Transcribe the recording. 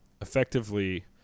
effectively